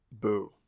Boo